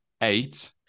eight